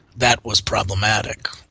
that was problematic.